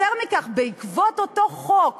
יותר מכך, בעקבות אותו חוק